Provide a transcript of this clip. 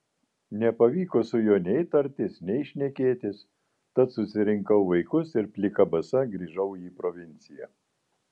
nepavyko su juo nei tartis nei šnekėtis tad susirinkau vaikus ir plika basa grįžau į provinciją